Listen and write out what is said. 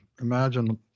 imagine